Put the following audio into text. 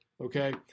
okay